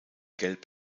gelb